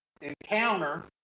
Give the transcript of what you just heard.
encounter